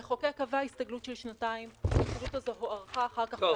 המחוקק קבע הסתגלות לשנתיים וההסתגלות הזאת הוארכה אחר כך פעמיים,